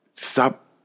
Stop